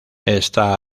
está